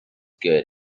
good